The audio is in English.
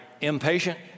impatient